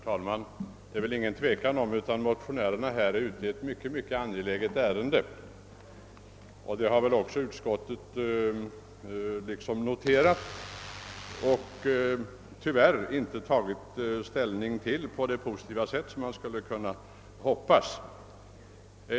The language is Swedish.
Herr talman! Det är väl inget tvivel om att motionärerna här är ute i ett mycket angeläget ärende. Det har också utskottet noterat, men utskottet har tyvärr inte tagit ställning på det positiva sätt som man skulle ha kunnat hoppas.